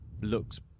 looks